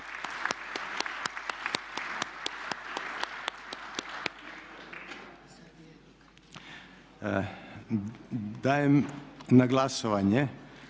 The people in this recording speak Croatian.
Dajem na glasovanje